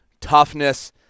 toughness